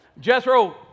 Jethro